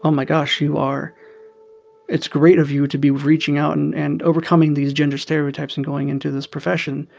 um my gosh, you are it's great of you to be reaching out and and overcoming these gender stereotypes and going into this profession.